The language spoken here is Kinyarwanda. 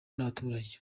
n’abaturage